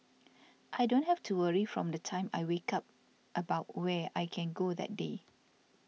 I don't have to worry from the time I wake up about where I can go that day